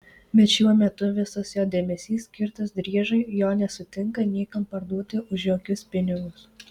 bet šiuo metu visas jo dėmesys skirtas driežui jo nesutinka niekam parduoti už jokius pinigus